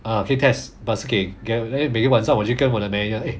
ah 可以 test but 是给 then 每个晚上我就跟我的 manager eh